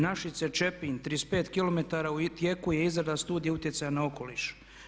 Našice-Čepin 35 km, u tijeku je izrada studije utjecaja na okoliš.